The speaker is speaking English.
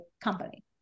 company